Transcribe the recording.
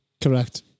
Correct